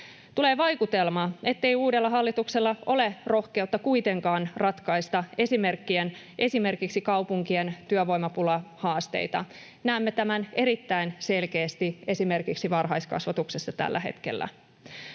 Tulee vaikutelma, ettei uudella hallituksella ole kuitenkaan rohkeutta ratkaista esimerkiksi kaupunkien työvoimapulahaasteita. Näemme tämän erittäin selkeästi esimerkiksi varhaiskasvatuksessa tällä hetkellä.